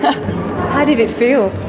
how did it feel?